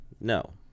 no